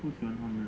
going on